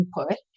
input